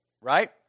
right